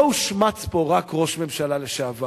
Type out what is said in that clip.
לא הושמץ פה רק ראש ממשלה לשעבר,